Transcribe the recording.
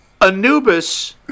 Anubis